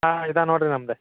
ಹಾಂ ಇದು ನೋಡ್ರಿ ನಮ್ದು